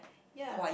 ya